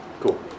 Cool